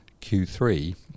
Q3